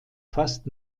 fast